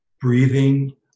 breathing